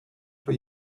for